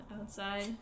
outside